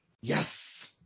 yes